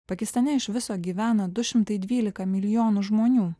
pakistane iš viso gyvena du šimtai dvylika milijonų žmonių